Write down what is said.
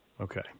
Okay